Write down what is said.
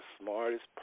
smartest